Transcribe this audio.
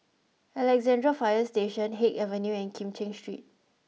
Alexandra Fire Station Haig Avenue and Kim Cheng Street